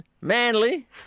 Manly